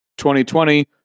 2020